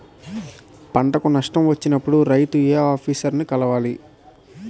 పంటకు నష్టం వచ్చినప్పుడు రైతు ఏ ఆఫీసర్ ని కలవాలి?